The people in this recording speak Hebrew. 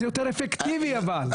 זה יותר אפקטיבי אבל.